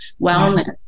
wellness